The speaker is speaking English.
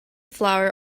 flour